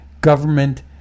government